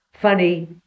funny